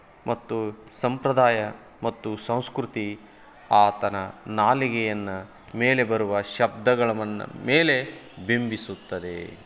ಮತ್ತು ಸಂಪ್ರದಾಯ ಮತ್ತು ಸಂಸ್ಕೃತಿ ಆತನ ನಾಲಿಗೆಯನ್ನು ಮೇಲೆ ಬರುವ ಶಬ್ದಗಳ ಮನ್ನ ಮೇಲೆ ಬಿಂಬಿಸುತ್ತದೆ